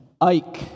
Ike